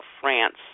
France